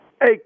Hey